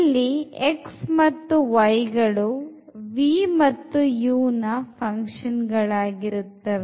ಇಲ್ಲಿ x ಮತ್ತು y ಗಳು v ಮತ್ತು u ನ function ಗಳಾಗಿರುತ್ತವೆ